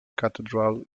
cathedral